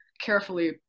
carefully